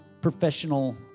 professional